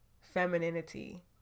femininity